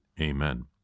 Amen